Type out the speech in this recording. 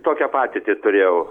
tokią patirtį turėjau